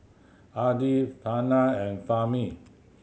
Adi Hana and Fahmi